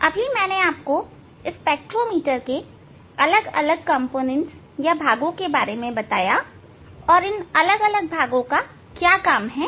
अभी मैंने आपको स्पेक्ट्रोमीटर के अलग अलग हिस्सों के बारे में बताया और अलग अलग भागों का क्या काम है